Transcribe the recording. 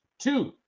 Two